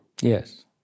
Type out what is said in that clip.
Yes